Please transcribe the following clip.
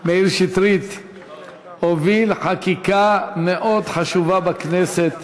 מאיר שטרית הוביל חקיקה מאוד חשובה בכנסת